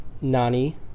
Nani